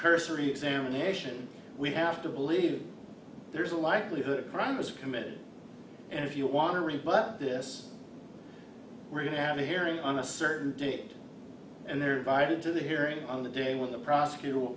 cursory examination we have to believe that there is a likelihood a crime was committed and if you want to rebut this we're going to have a hearing on a certain date and they're invited to the hearing on the day when the prosecutor will